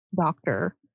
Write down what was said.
doctor